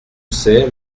sais